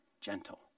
gentle